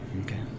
Okay